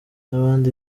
n’abandi